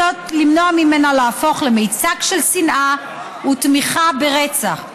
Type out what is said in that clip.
כדי למנוע ממנה להפוך למיצג של שנאה ותמיכה ברצח,